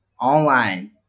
online